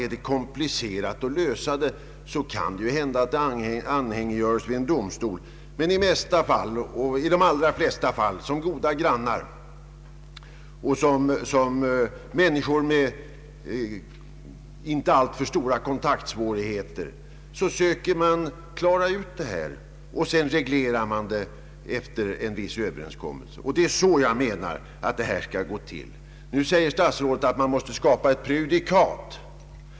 är det komplicerat att finna en lösning kan det ju hända att målet anhängiggörs vid domstol, men i de allra flesta fall kan man som goda grannar och som människor med inte alltför stora kontaktsvårigheter söka klara ut problemen och sedan reglera dem genom en viss överenskommelse. Det är så jag menar att detta skall gå till. Statsrådet säger att man måste skapa ett prejudikat.